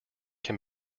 can